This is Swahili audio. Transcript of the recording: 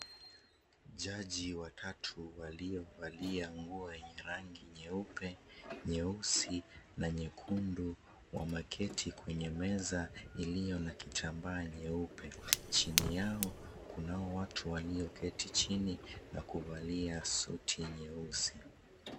Jaji watatu waliovalia nguo yenye rangi nyeupe, nyeusi na nyekundu wameketi kwenye meza iliyo na kitambaa nyeupe. Chini yao, kunao watu walioketi chini na kuvalia suti nyeusi.